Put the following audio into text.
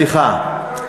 סליחה,